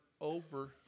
over